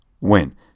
win